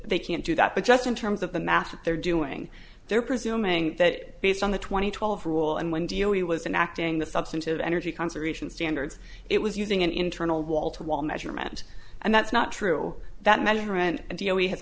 they can't do that but just in terms of the math they're doing they're presuming that based on the twenty twelve rule and when do you know he was in acting the substantive energy conservation standards it was using an internal wall to wall measurement and that's not true that measurement and you know he ha